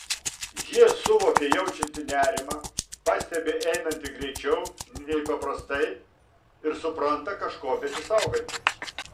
ji suvokia jaučianti nerimą pastebi einanti greičiau nei paprastai ir supranta kažko besisauganti